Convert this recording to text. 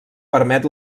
permet